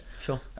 Sure